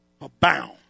abound